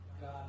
God